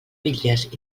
bitlles